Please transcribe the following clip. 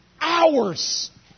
Hours